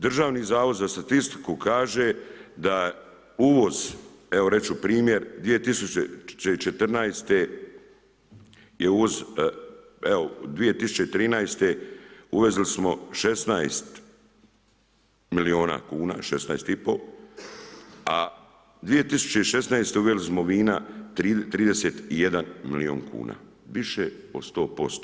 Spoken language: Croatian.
Državni zavod za statistiku, kaže da uvoz, evo reći ću primjer 2014. je uvoz evo 2013. uvezli smo 16 milijuna kuna, 16,5 a 2016. uveli smo vina 31 milijun kn, više od 100%